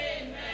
Amen